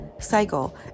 cycle